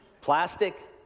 plastic